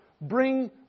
bring